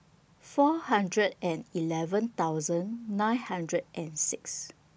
four hundred and eleven thousand nine hundred and six